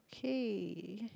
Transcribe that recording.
okay